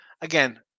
Again